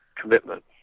commitment